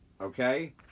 okay